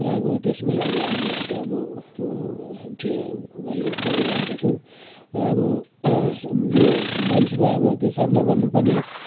र अब त्यसमै अब अहिले अब टे गरी गरिरहेका छौँ र अब यो मानिसमा अब सामना गर्नु पर्ने